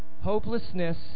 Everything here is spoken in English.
hopelessness